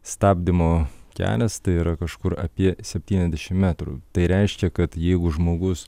stabdymo kelias tai yra kažkur apie septyniasdešimt metrų tai reiškia kad jeigu žmogus